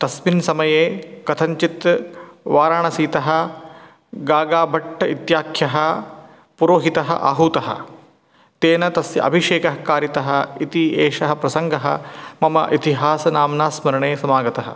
तस्मिन् समये कथञ्चित् वाराणसितः गागाभट्टः इत्याख्यः पुरोहितः आहुतः तेन तस्य अभिषेकः कारितः इति एषः प्रसङ्गः मम इतिहासनाम्ना स्मरणे समागतः